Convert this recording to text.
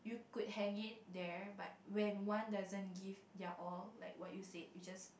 good hang it there but when one doesn't give their all like what you said you just